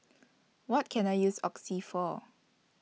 What Can I use Oxy For